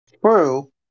True